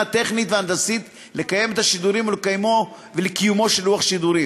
טכנית והנדסית לקיים את השידורים ולקיומו של לוח שידורים.